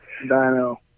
Dino